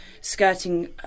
skirting